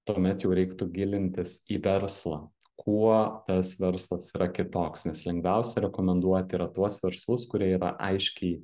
tuomet jau reiktų gilintis į verslą kuo tas verslas yra kitoks nes lengviausia rekomenduoti yra tuos verslus kurie yra aiškiai